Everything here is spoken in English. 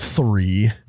Three